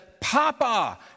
Papa